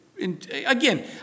Again